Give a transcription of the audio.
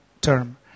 term